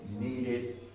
needed